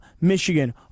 Michigan